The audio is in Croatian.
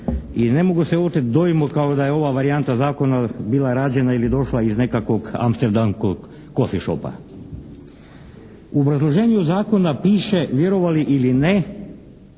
i ne mogu se oteti dojmu kao da je ova varijanta zakona bila rađena ili došla iz nekakvog amsterdamskog coffee shopa. U obrazloženju zakona piše vjerovali ili ne